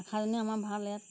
আশাজনী আমাৰ ভাল ইয়াত